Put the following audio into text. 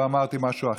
לא אמרתי משהו אחר.